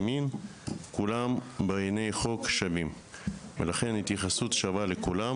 כולם שווים בעייני החוק ולכן היחס לכולם